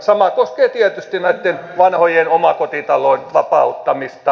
sama koskee tietysti näiden vanhojen omakotitalojen vapauttamista